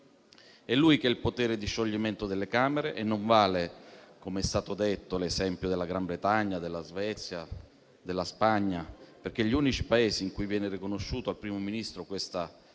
È lui che ha il potere di scioglimento delle Camere e non vale, come è stato detto, l'esempio del Regno Unito, della Svezia, della Spagna, perché gli unici Paesi in cui viene riconosciuta al Primo Ministro questa